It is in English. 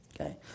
okay